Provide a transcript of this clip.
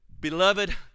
Beloved